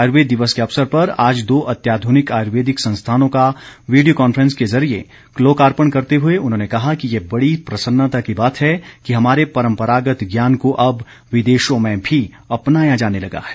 आयुर्वेद दिवस के अवसर पर आज दो अत्याध्रनिक आयुर्वेदिक संस्थानों का वीडियो कांफ्रेंस के जरिए लोकार्पण करते हए उन्होंने कहा कि यह बड़ी प्रसन्नता की बात है कि हमारे परंपरागत ज्ञान को अब विदेशों में भी अपनाया जाने लगा है